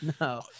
No